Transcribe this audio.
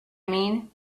mean